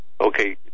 okay